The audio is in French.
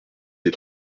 des